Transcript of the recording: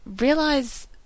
realize